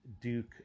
duke